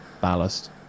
ballast